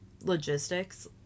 logistics